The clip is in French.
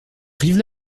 brive